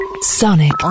Sonic